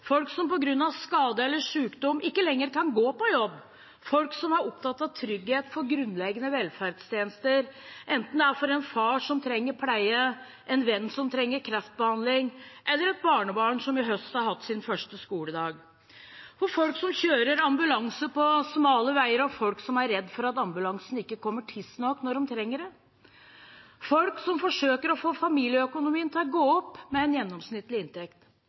folk som på grunn av skade eller sykdom ikke lenger kan gå på jobb, folk som er opptatt av trygghet for grunnleggende velferdstjenester, enten det er for en far som trenger pleie, en venn som trenger kreftbehandling, eller et barnebarn som i høst har hatt sin første skoledag, folk som kjører ambulanse på smale veier, folk som er redd for at ambulansen ikke kommer tidsnok når de trenger det, og folk som forsøker å få familieøkonomien til å gå opp med en gjennomsnittlig inntekt.